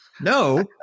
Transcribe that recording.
No